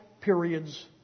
periods